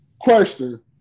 Question